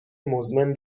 مزمن